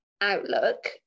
outlook